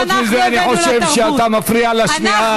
חוץ מזה אני חושב שאתה מפריע לשמיעה.